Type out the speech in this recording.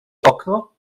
okno